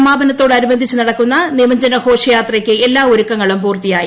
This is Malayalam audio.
സമാപനത്തോടനുബന്ധിച്ച് നടക്കുന്ന നിമജ്ജന ഘോഷയാത്രയ്ക്ക് എല്ലാ ഒരുക്കങ്ങളും പൂർത്തിയായി